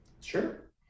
Sure